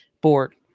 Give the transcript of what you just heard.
board